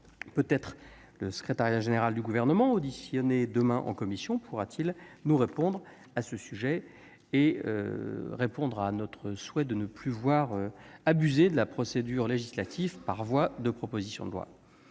Peut-être le secrétariat général du Gouvernement, auditionné demain en commission, pourra-t-il nous fournir des explications et répondre à notre souhait qu'il ne soit plus abusé de la procédure législative par voie de proposition de loi.